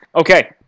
okay